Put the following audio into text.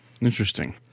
Interesting